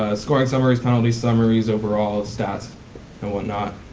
ah scoring summaries, penalties summaries, overall stats and what not.